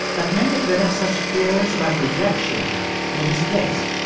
that meant that vanessa's fears about rejection were misplaced.